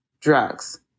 drugs